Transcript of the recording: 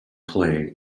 play